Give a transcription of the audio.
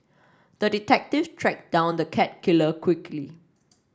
the detective tracked down the cat killer quickly